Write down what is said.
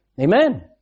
Amen